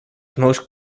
most